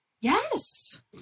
Yes